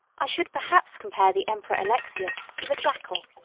i should perhaps compare the emperor alexius to the jackal,